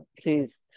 Please